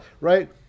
Right